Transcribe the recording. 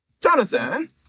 Jonathan